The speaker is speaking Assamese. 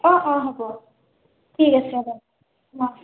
অঁ অঁ হ'ব ঠিক আছে হ'ব অঁ